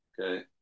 Okay